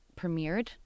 premiered